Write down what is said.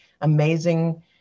amazing